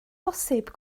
bosibl